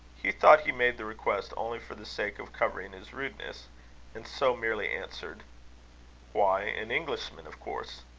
hugh thought he made the request only for the sake of covering his rudeness and so merely answered why, an englishman, of course.